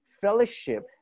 fellowship